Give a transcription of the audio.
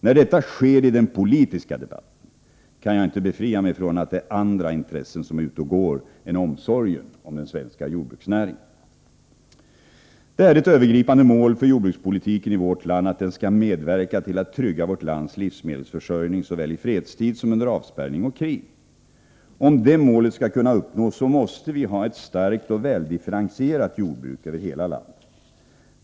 När detta sker i den politiska debatten kan jag inte befria mig från intrycket att det är andra intressen som är ute och går än omsorgen om den svenska jordbruksnäringen. Det är ett övergripande mål för jordbrukspolitiken i vårt land att den skall medverka till att trygga vårt lands livsmedelsförsörjning såväl i fredstid som under avspärrning och krig. Om det målet skall kunna uppnås måste vi ha ett starkt och väldifferentierat jordbruk över hela landet.